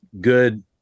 good